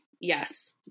Yes